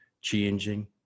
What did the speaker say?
changing